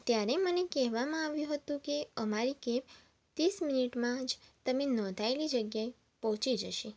ત્યારે મને કહેવામાં આવ્યું હતું કે અમારી કેબ ત્રીસ મિનીટમાં જ તમે નોંધાવેલી જગ્યાએ પહોંચી જશે